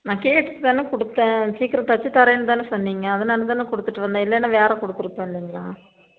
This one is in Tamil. நான் கேட்டுட்டு தானே கொடுத்தேன் சீக்கிரம் தைச்சி தரேன் தானே சொன்னிங்க அதனால் தானே கொடுத்துட்டு வந்தேன் இல்லைன்னா வேறு கொடுத்துருப்பேன் இல்லைங்களா